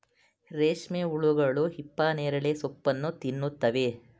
ರೇಷ್ಮೆ ಹುಳುಗಳು ಹಿಪ್ಪನೇರಳೆ ಸೋಪ್ಪನ್ನು ತಿನ್ನುತ್ತವೆ